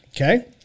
Okay